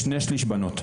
יש שני שליש בנות.